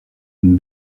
une